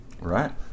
Right